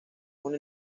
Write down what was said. una